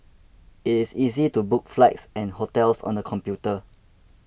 it is easy to book flights and hotels on the computer